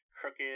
crooked